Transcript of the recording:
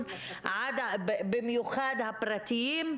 במיוחד הפרטיים,